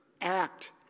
act